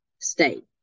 state